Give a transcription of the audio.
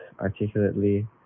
articulately